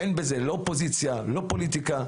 אין בזה לא פוזיציה, לא פוליטיקה,